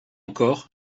encore